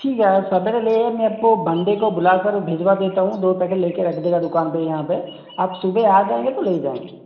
ठीक है आज सवेरे ले आएंगे आप के बंदे को बुला कर भिजवा देता हूँ दो पेकैट ले के रख देगा दुकान पर यहाँ पर आप सुबह आ जाएंगे तो ले जाएंगे